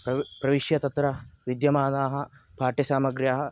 प्रवि प्रविश्य तत्र विद्यमानाः पाठ्यसामग्र्यः